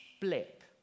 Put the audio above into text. blip